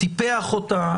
טיפח אותה.